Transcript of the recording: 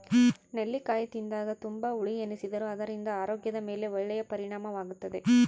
ನೆಲ್ಲಿಕಾಯಿ ತಿಂದಾಗ ತುಂಬಾ ಹುಳಿ ಎನಿಸಿದರೂ ಅದರಿಂದ ಆರೋಗ್ಯದ ಮೇಲೆ ಒಳ್ಳೆಯ ಪರಿಣಾಮವಾಗುತ್ತದೆ